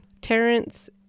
Terrence